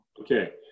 Okay